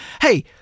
Hey